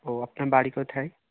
ও আপনার বাড়ি কোথায়